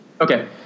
Okay